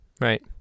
right